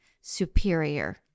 superior